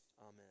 Amen